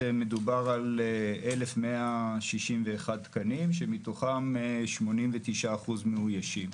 מדובר על 1,161 תקנים שמתוכם 89% מאוישים.